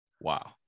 wow